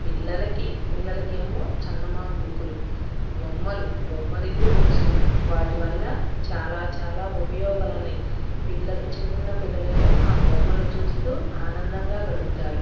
పిల్లలకి పిల్లలకేమో చందమామ బుక్కులు బొమ్మలు బొమ్మరిల్లు బుక్స్ వాటి వల్ల చాలా చాలా ఉపయోగాలు ఉన్నాయి పిల్లలు చిన్న పిల్లలు ఏమో ఆ బొమ్మల్ని చూస్తూ ఆనందంగా గడుపుతారు